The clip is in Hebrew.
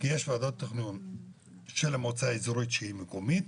כי יש ועדת תכנון של המועצה האזורית שהיא מקומית.